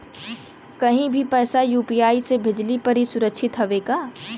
कहि भी पैसा यू.पी.आई से भेजली पर ए सुरक्षित हवे का?